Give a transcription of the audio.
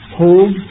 hold